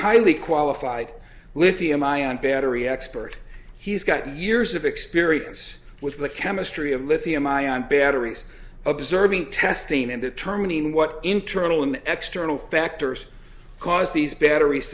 highly qualified lithium ion battery expert he's got years of experience with the chemistry of lithium ion batteries observing testing and determining what internal and external factors cause these batteries